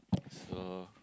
so